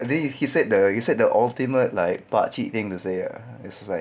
abeh he said that he said that ultimate like pakcik thing to say that ah that was like